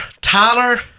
Tyler